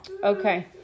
Okay